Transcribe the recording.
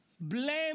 blame